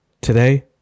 Today